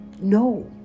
No